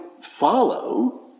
follow